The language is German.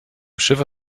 schiffe